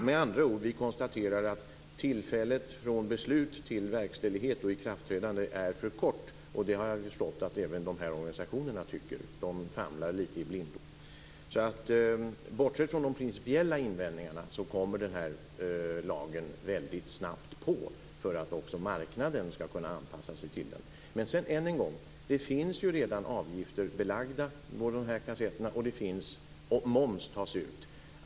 Med andra ord konstaterar vi att tiden från beslut till verkställighet och ikraftträdande är för kort. Det har jag förstått att även organisationerna tycker. Man famlar i blindo. Bortsett från de principiella invändningarna kommer lagen väldigt snabbt på för att också marknaden skall kunna anpassa sig till den. Än en gång: Det finns ju redan avgifter på kassetter, och moms tas ut.